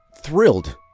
thrilled